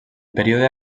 període